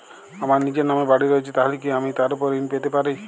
আমার নিজের নামে বাড়ী রয়েছে তাহলে কি আমি তার ওপর ঋণ পেতে পারি?